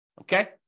Okay